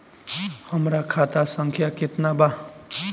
हमरा खाता संख्या केतना बा?